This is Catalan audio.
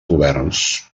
governs